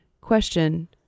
question